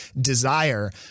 desire